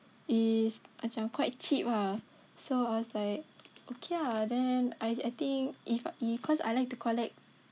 is macam quite cheap ah so I was like okay ah then I I think if if cause I like to collect